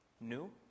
new